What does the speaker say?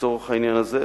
לצורך העניין הזה,